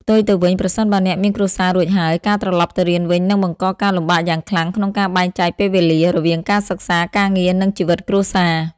ផ្ទុយទៅវិញ ប្រសិនបើអ្នកមានគ្រួសាររួចហើយ ការត្រឡប់ទៅរៀនវិញនឹងបង្កការលំបាកយ៉ាងខ្លាំងក្នុងការបែងចែកពេលវេលា រវាងការសិក្សា ការងារ និងជីវិតគ្រួសារ។